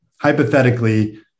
hypothetically